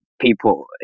people